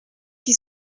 qui